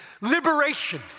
liberation